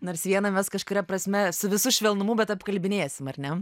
nors vieną mes kažkuria prasme su visu švelnumu bet apkalbinėsim ar ne